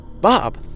Bob